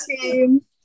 team